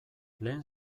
lehen